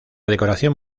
decoración